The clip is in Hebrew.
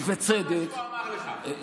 ובצדק,